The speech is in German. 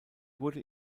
wurde